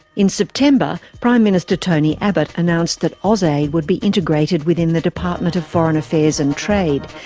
in september, prime minister tony abbott announced that ausaid would be integrated within the department of foreign affairs and trade,